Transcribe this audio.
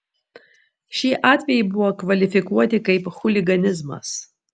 šie atvejai buvo kvalifikuoti kaip chuliganizmas